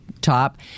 top